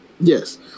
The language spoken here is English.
yes